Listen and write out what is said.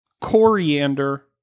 coriander